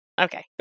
Okay